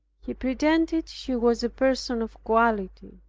he pretended she was a person of quality.